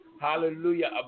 Hallelujah